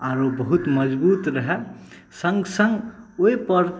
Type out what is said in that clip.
आरो बहुत मजबुत रहै सङ्ग सङ्ग ओहिपर